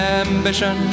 ambition